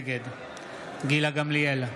נגד גילה גמליאל,